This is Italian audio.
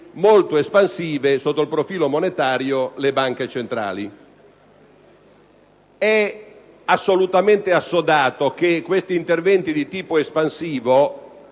molto espansive sotto il profilo monetario. È assolutamente assodato che questi interventi di tipo espansivo